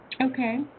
Okay